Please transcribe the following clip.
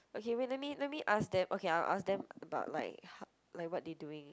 okay wait let me let me ask them okay I'll ask them about like like what they doing